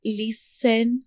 listen